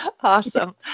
Awesome